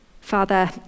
Father